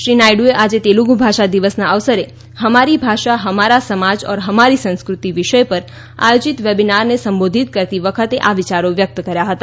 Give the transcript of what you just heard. શ્રી નાયડુએ આજે તેલુગુ ભાષા દિવસના અવસરે હમારી ભાષા હમારા સમાજ ઓર હમારી સંસ્કૃતિ વિષય પર આયોજીત વેબીનારને સંબોધિત કરતી વખતે આ વિયારો વ્યક્ત કર્યા હતા